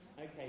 Okay